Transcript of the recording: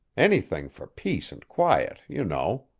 anything for peace and quiet, you know.